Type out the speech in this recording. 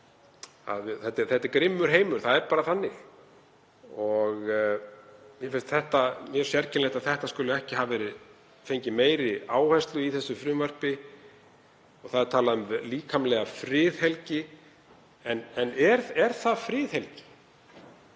Þetta er grimmur heimur, það er bara þannig. Mér finnst mjög sérkennilegt að þetta skuli ekki hafa fengið meiri áherslu í þessu frumvarpi. Þar er talað um líkamlega friðhelgi en er það friðhelgi